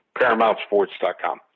ParamountSports.com